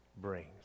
brings